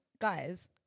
Guys